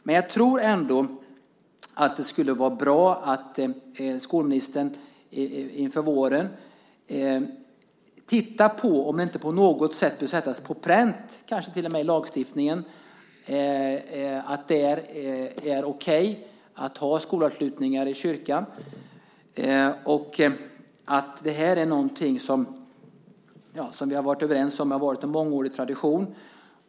Men jag tror ändå att det skulle vara bra om skolministern inför våren tittar på om det inte på något sätt borde sättas på pränt, kanske till och med i lagstiftningen, att det är okej att ha skolavslutningar i kyrkan och att detta är någonting som vi har varit överens om har varit en mångårig tradition.